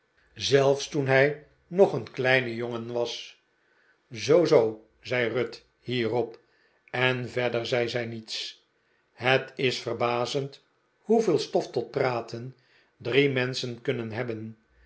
zelfs toen hij nog een kleine jongen was zoo zoo zei ruth hierop en verder zei zij niets het is verbazend hoeveel stof tot praten drie menschen kunnen hebben